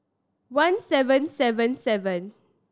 one seven seven seven